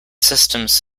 systems